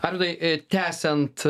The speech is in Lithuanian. arvydai tęsiant